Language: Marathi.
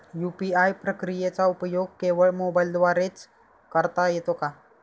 यू.पी.आय प्रक्रियेचा उपयोग केवळ मोबाईलद्वारे च करता येतो का?